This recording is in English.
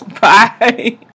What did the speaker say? Bye